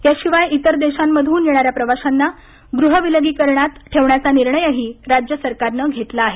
याशिवाय इतर देशांमधून येणाऱ्या प्रवाशांना गृहविलगीकरणात ठेवायचा निर्णयही राज्य सरकारनं घेतला आहे